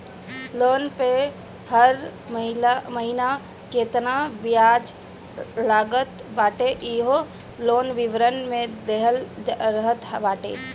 loan पअ हर महिना केतना बियाज लागत बाटे इहो लोन विवरण में देहल रहत बाटे